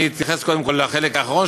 אני אתייחס קודם כול לחלק האחרון